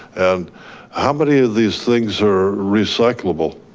and how many of these things are recyclable?